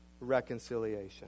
reconciliation